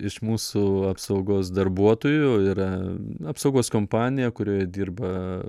iš mūsų apsaugos darbuotojų yra apsaugos kompanija kurioje dirba